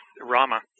Rama